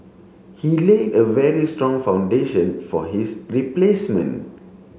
he laid a very strong foundation for his replacement